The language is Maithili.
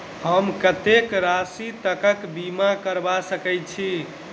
हम कत्तेक राशि तकक बीमा करबा सकै छी?